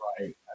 right